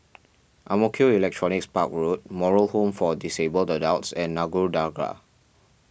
Ang Mo Kio Electronics Park Road Moral Home for Disabled Adults and Nagore Dargah